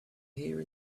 here